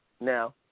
Now